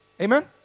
Amen